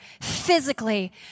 physically